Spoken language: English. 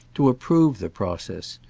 to approve the process,